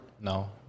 No